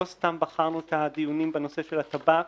לא סתם בחרנו את הדיונים בנושא של הטבק.